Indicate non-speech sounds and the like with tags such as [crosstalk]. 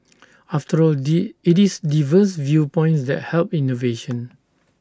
after all [unintelligible] IT is diverse viewpoints that help innovation